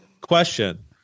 question